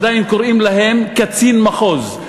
עדיין קוראים להם "קצין מחוז".